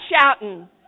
shouting